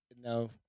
No